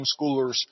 homeschoolers